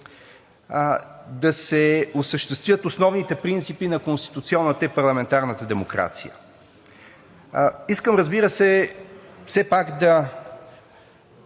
да се осъществят основните принципи на конституционната и парламентарната демокрация. Искам, разбира се, все пак да